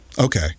Okay